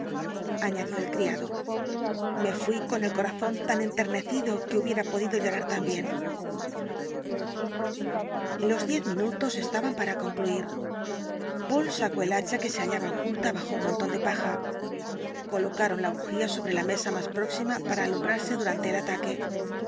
añadió el criado me fui con el corazón tan enternecido que hubiera podido llorar también los diez minutos estaban para concluir poole sacó el hacha que se hallaba oculta bajo un montón de paja colocaron la bujía sobre la mesa más próxima para alumbrarse durante el ataque